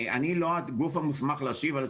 אני לא הגוף המוסמך להשיב.